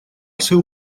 seu